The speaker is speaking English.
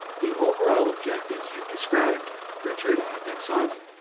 the overall objectives you've described, richard, and i think simon,